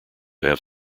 have